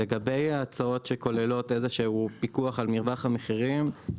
לגבי ההצעות שכוללות איזשהו פיקוח על מרווח המחירים,